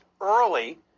early